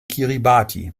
kiribati